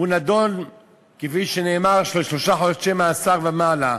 והוא נידון כפי שנאמר לשלושה חודשי מאסר ומעלה,